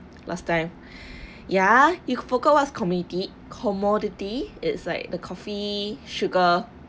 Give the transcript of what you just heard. last time ya you forgot what's committee commodity it's like the coffee sugar